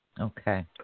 Okay